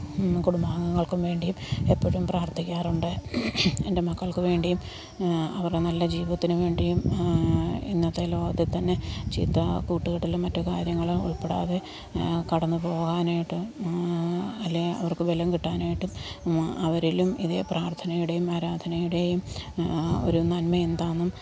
കുടുംബാംഗങ്ങൾക്കും വേണ്ടിയും എപ്പോഴും പ്രാർത്ഥിക്കാറുണ്ട് എൻ്റെ മക്കൾക്കു വേണ്ടിയും അവരുടെ നല്ല ജീവിതത്തിനു വേണ്ടിയും ഇന്നത്തെ ലോകത്തു തന്നെ ചീത്ത കൂട്ടുകെട്ടിലും മറ്റു കാര്യങ്ങളും ഉൾപ്പെടാതെ കടന്നു പോകാനായിട്ട് അല്ലേ അവർക്കു ബലം കിട്ടാനായിട്ട് അവരിലും ഇതേ പ്രാർത്ഥനയുടെയും ആരാധനയുടെയും ഒരു നന്മയെന്താണെന്നും